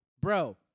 bro